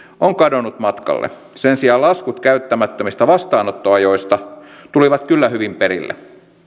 on kadonnut matkalle sen sijaan laskut käyttämättömistä vastaanottoajoista tulivat kyllä hyvin perille